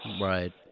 Right